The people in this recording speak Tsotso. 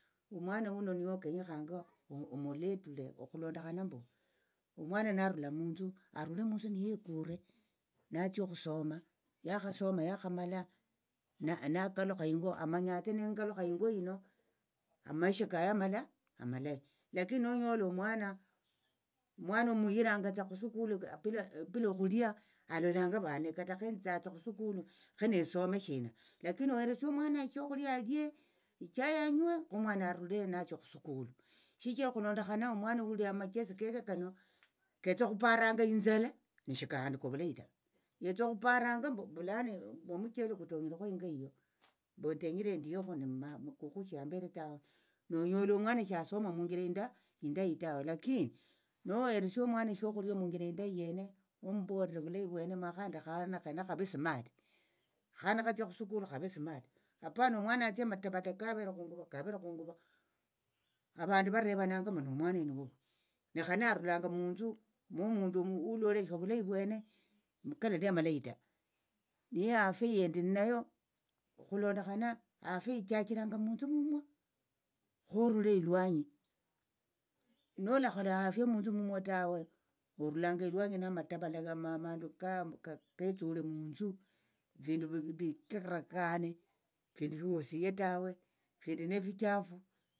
Omwana hino niyo okhonyekhanga omuletule okhulondokhana mbu omwana narula munthu arule munthu neyekure natsia okhusoma yakhasoma yakhamala nakalukha ingo amanyatsa nengalukha ingo yino amaisha kayo amala amalayi lakini nonyola omwana omwana omuyirangatsa khusukulu bila okhulia alolanga vane kata khetsitsanga khusukulu khenesome shina lakini oheresie omwana shokhulia alie echai anywe khomwana arule natsia khusukulu shichira okhulondokhana omwana hulia amachesi keke kano ketsa okhuparanga inzala neshikahandika ovulayi ta yetsa okhuparanga mbu mbu lano mbu omuchele kutonyerekho ingo iyo mbu ndenyere endiekhu ne kukhu shiyambere tawe nonyola omwana shasoma munjira enda endayi tawe lakini noheresia omwana shokhulia munjira indayi yene omumbolere ovulayi vwene makhandi akhana khenakha khave smart khana khatsia khusukulu khave smart apana omwana atsie amatavata kavere khunguvo kavere khunguvo avandu varevananga mbu nomwana oyu nuwawi nekhane arulanga munthu mwomundu uloleshe vulayi vwene kalali amalayi ta niyo afia yendi neyo okhulondokhana afia ichachiranga munthu mumwo khorule ilwanyi nolakhola afia munthu mumwo orulanga elwanyi namatavala amandu ketsule munthu efindu fishirakana findu shiwosiyie tawe findu nefichafu.